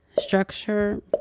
structure